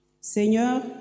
Seigneur